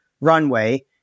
runway